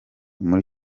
muri